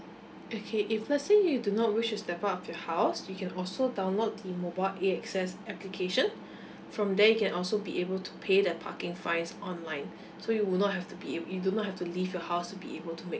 okay if let's say you do not wish to step out of your house you can also download the mobile A_X_S application from there you can also be able to pay the parking fines online so you will not have to be you you do not have to leave your house be able to make